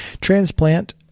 transplant